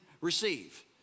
receive